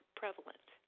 prevalent